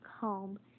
home